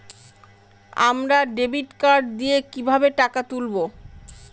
আমরা debit card দিয়ে কিভাবে টাকা তুলবো?